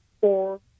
four